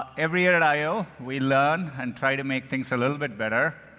every at at i o, we learn and try to make things a little bit better.